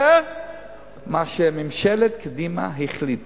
יותר מאשר ממשלת קדימה החליטה.